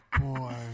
boy